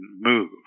move